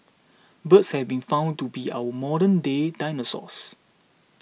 birds have been found to be our modernday dinosaurs